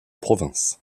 province